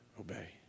obey